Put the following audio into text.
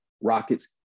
Rockets